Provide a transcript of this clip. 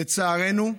לצערנו,